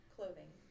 Clothing